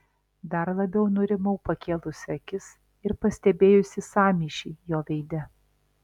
dar labiau nurimau pakėlusi akis ir pastebėjusi sąmyšį jo veide